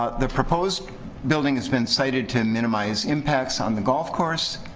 ah the proposed building has been sited to and minimize impacts on the golf course,